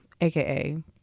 aka